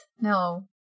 No